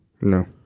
No